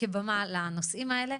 כבמה לנושאים האלה.